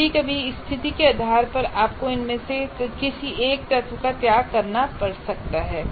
कभी कभी स्थिति के आधार पर आपको इनमें से किसी एक तत्व का त्याग करना पड़ सकता है